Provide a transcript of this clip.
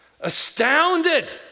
astounded